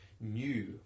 new